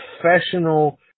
professional